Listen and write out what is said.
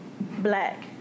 black